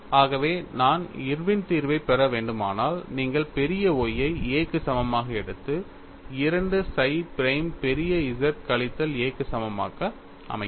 ஆகவே நான் இர்வின் தீர்வைப் பெற வேண்டுமானால் நீங்கள் பெரிய Y ஐ A க்கு சமமாக எடுத்து 2 psi பிரைம் பெரிய Z கழித்தல் A க்கு சமமாக அமைக்கவும்